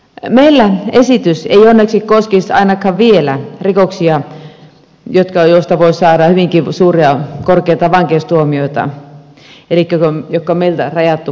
meillä esitys ei onneksi koskisi ainakaan vielä rikoksia joista voi saada hyvin suuria korkeita vankeustuomioita elikkä ne on meillä rajattu pois tästä